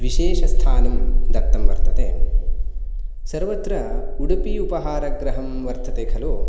विशेषस्थानं दत्तं वर्तते सर्वत्र उडुपि उपहारगृहं वर्तते खलु